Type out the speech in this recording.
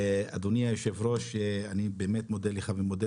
אדוני היושב ראש אני באמת מודה לך ומודה